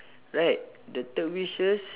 right the third wishes